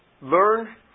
Learn